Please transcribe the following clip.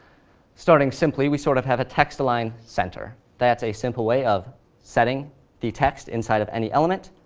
starting simply, we sort of have a text-align center. that's a simple way of setting the text inside of any element,